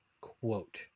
quote